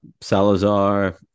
Salazar